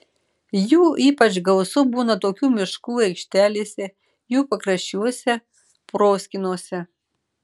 jų ypač gausu būna tokių miškų aikštelėse jų pakraščiuose proskynose